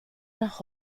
nach